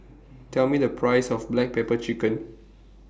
Tell Me The Price of Black Pepper Chicken